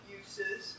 uses